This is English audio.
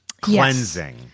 Cleansing